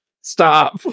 stop